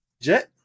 Jet